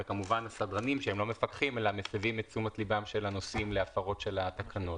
אבל עם סדרנים שמסבים את תשומת ליבם של הנוסעים להפרות של התקנות.